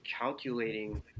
calculating